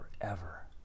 forever